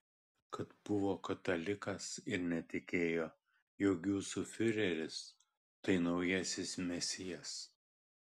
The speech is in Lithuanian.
kad buvo katalikas ir netikėjo jog jūsų fiureris tai naujasis mesijas